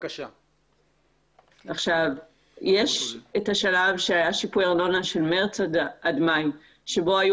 יש את השלב של שיפוי הארנונה מחודש מארס עד מאי שבו היו